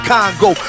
Congo